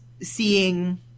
seeing